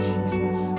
Jesus